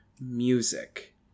music